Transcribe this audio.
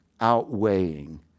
outweighing